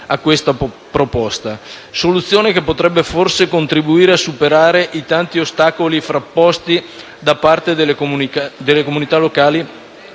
a questa proposta. Tale soluzione potrebbe forse contribuire a superare i tanti ostacoli frapposti da parte delle comunità locali